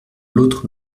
l’autre